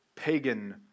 pagan